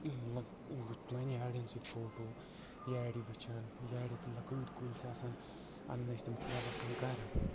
تُلٲنی اڈٮ۪ن سۭتۍ فوٹو یارِ وٕچھان یارِ تِم لکۭٹۍ کُلۍ چھِ آسان انان ٲسۍ تِم ٹھیلس منٛز گرٕ